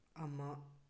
ꯑꯃ